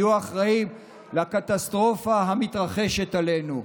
יהיו האחראים לקטסטרופה המתרחשת עלינו,